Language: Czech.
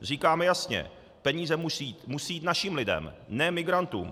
Říkáme jasně peníze musí jít našim lidem, ne migrantům.